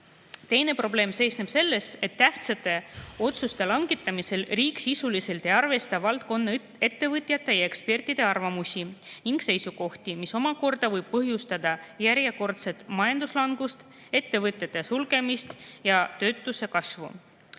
punkt. Teine probleem seisneb selles, et tähtsate otsuste langetamisel riik sisuliselt ei arvesta valdkonna ettevõtjate ja ekspertide arvamusi ning seisukohti, mis omakorda võib põhjustada järjekordse majanduslanguse, ettevõtete sulgemise ja töötuse kasvu.